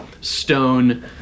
stone